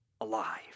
alive